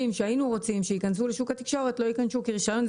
שהיינו רוצים שיכנסו לשוק התקשורת לא ייכנסו כי רישיון זה